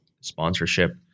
sponsorship